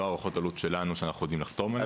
לא הערכות עלות שלנו שאנחנו יודעים לחתום עליהן.